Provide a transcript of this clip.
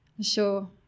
sure